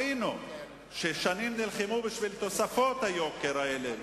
ששנים נלחמו בשביל תוספות היוקר האלה,